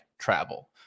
travel